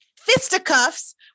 fisticuffs